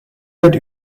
wird